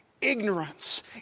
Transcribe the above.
ignorance